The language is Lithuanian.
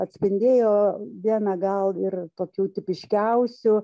atspindėjo vieną gal ir tokių tipiškiausių